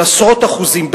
של עשרות אחוזים,